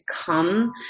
come